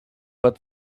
but